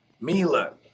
Mila